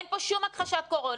אין פה שום הכחשת קורונה.